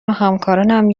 وهمکارانم